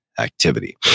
Activity